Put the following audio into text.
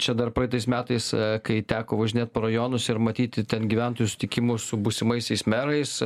čia dar praeitais metais kai teko važinėt po rajonus ir matyti ten gyventojų susitikimus su būsimaisiais merais